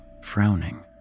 frowning